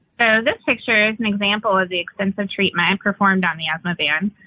so this picture is an example of the extensive treatment and performed on the asthma vans.